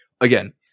Again